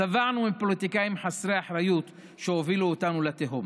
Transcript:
שבענו מפוליטיקאים חסרי אחריות שהובילו אותנו לתהום.